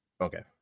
Okay